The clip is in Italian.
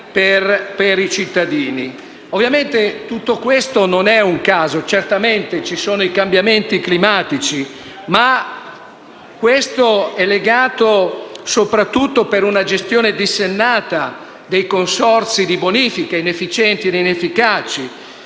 per i cittadini. Tutto questo non è un caso. Certamente ci sono i cambiamenti climatici. Ma questo è legato soprattutto a una gestione dissennata dei consorzi di politica, inefficienti ed inefficaci,